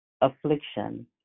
affliction